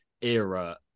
era